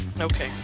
Okay